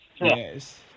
Yes